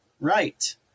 right